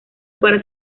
para